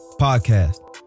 Podcast